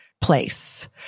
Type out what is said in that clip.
place